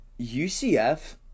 UCF